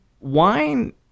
Wine